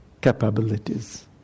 capabilities